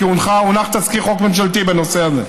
כי הונח תזכיר חוק ממשלתי בנושא הזה.